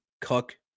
Cook